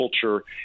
culture